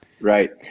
right